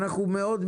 אנחנו מאוד,